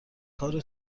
کار